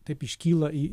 taip iškyla į